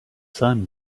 sun